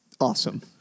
Awesome